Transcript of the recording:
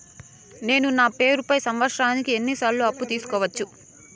నేను నా పేరుపై సంవత్సరానికి ఎన్ని సార్లు అప్పు తీసుకోవచ్చు?